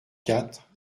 quatre